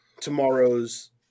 tomorrow's